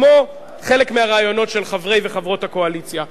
כמו חלק מהרעיונות של חברי וחברות הקואליציה.